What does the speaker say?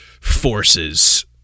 forces